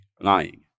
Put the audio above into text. lying